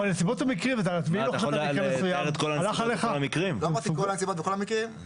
לא אמרתי כל הנסיבות וכל המקרים.